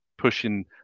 pushing